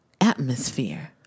atmosphere